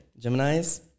Geminis